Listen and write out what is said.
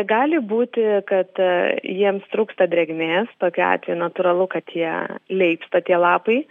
gali būti kad jiems trūksta drėgmės tokiu atveju natūralu kad jie leipsta tie lapai